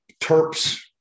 Terps